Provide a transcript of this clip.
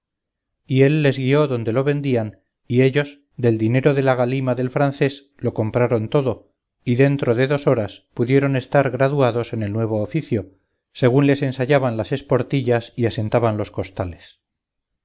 y él les guió donde lo vendían y ellos del dinero de la galima del francés lo compraron todo y dentro de dos horas pudieran estar graduados en el nuevo oficio según les ensayaban las esportillas y asentaban los costales